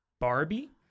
Barbie